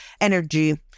energy